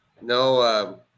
No